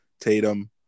Tatum